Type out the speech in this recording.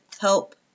help